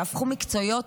שהפכו מקצועיות,